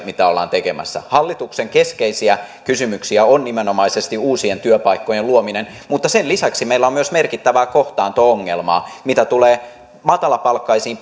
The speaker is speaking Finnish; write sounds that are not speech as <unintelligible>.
mitä ollaan tekemässä hallituksen keskeisiä kysymyksiä on nimenomaisesti uusien työpaikkojen luominen mutta sen lisäksi meillä on myös merkittävää kohtaanto ongelmaa mitä tulee matalapalkkaisiin <unintelligible>